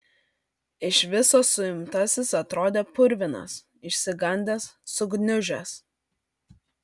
iš viso suimtasis atrodė purvinas išsigandęs sugniužęs